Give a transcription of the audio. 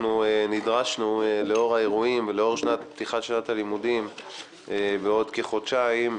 לאור האירועים ולאור פתיחת שנת הלימודים בעוד כחודשיים,